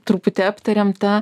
truputį aptarėm tą